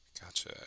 Gotcha